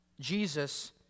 Jesus